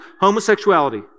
Homosexuality